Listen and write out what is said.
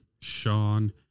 Sean